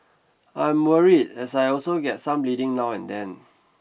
I am worried as I also get some bleeding now and then